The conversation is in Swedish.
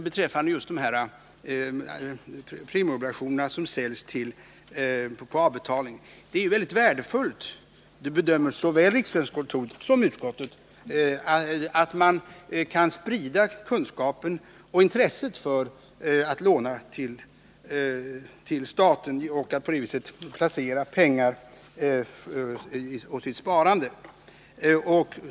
Beträffande de premieobligationer som säljs på avbetalning är det värdefullt — det bedömer såväl riksgäldskontoret som utskottet — att sprida kunskapen om och intresset för att låna ut pengar till staten och på det viset placera sitt sparande.